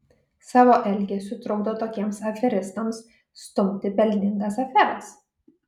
savo elgesiu trukdo tokiems aferistams stumti pelningas aferas